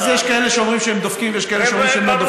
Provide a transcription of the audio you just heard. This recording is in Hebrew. אז יש כאלה שאומרים שהם דופקים ויש כאלה שאומרים שהם לא דופקים.